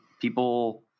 people